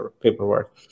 paperwork